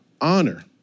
honor